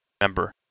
remember